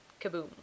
kaboom